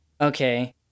okay